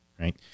right